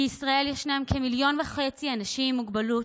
בישראל יש כ-1.5 מיליון אנשים עם מוגבלות